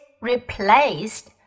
replaced